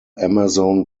amazon